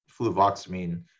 fluvoxamine